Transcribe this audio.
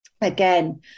again